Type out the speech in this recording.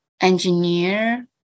engineer